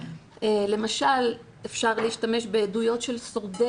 למשל אפשר להשתמש בעדויות של שורדי